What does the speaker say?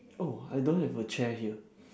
oh I don't have a chair here